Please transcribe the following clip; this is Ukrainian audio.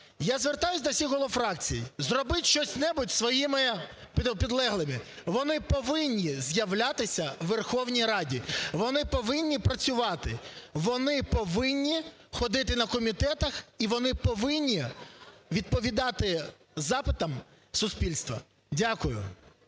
Я звертаюся до всіх голів фракцій, зробіть що-небудь зі своїми підлеглими. Вони повинні з'являтися у Верховній Раді. Вони повинні працювати. Вони повинні ходити на комітети. І вони повинні відповідати запитам суспільства. Дякую.